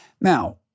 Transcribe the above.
Now